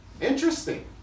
Interesting